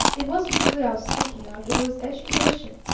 it wasn't food i was thinking of. it was education.